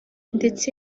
ndetse